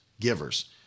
givers